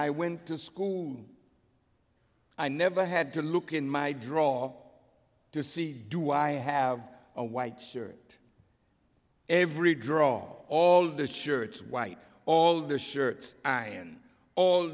i went to school i never had to look in my draw to see do i have a white shirt every draw all the shirts white all the shirts i and all